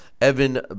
Evan